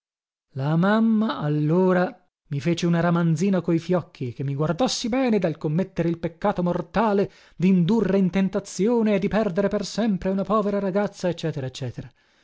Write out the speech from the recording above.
la mamma allora mi fece una ramanzina coi fiocchi che mi guardassi bene dal commettere il peccato mortale dindurre in tentazione e di perdere per sempre una povera ragazza